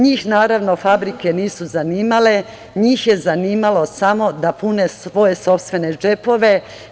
Njih, naravno, fabrike nisu zanimale, njih je zanimalo samo da pune svoje sopstvene džepove.